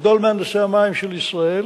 גדול מהנדסי המים של ישראל,